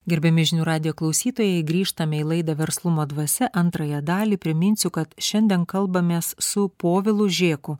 gerbiami žinių radijo klausytojai grįžtame į laidą verslumo dvasia antrąją dalį priminsiu kad šiandien kalbamės su povilu žėku